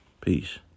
Peace